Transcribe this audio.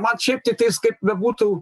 man šiaip tiktais kaip bebūtų